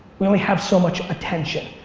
we only have so much attention.